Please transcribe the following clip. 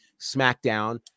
SmackDown